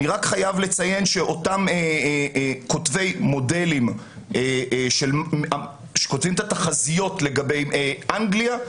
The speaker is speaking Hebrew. אני חייב לציין שאותם כותבי מודלים שכותבים את התחזיות לגבי אנגליה,